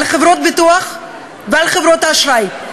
על חברות הביטוח ועל חברות האשראי.